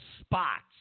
spots